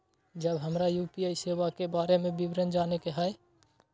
जब हमरा यू.पी.आई सेवा के बारे में विवरण जाने के हाय?